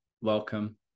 Welcome